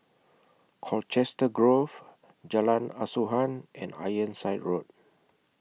Colchester Grove Jalan Asuhan and Ironside Road